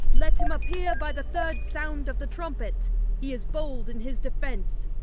let him appear by the third sound of the trum pet he is bold in his defence.